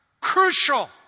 Crucial